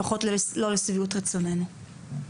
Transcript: לפחות לא לשביעות רצוננו.